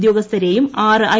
ഉദ്യോഗസ്ഥരേയും ആറ് ഐ